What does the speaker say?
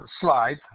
slide